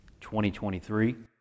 2023